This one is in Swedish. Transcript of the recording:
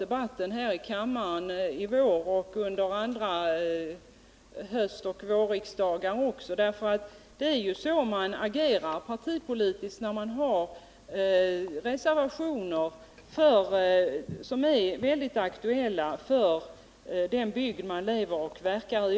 Det inser säkert Ralf Lindström om han tänker på debatterna nu under våren och f. ö. också under andra riksmöten. Det är ju så man agerar partipolitiskt, om det avgivits reservationer som direkt berör den bygd man lever och verkar i.